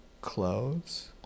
Clothes